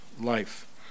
life